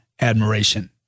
admiration